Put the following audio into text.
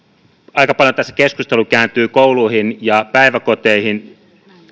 aika paljon tässä keskustelu kääntyy kouluihin ja päiväkoteihin